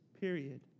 period